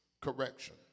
correction